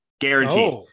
guaranteed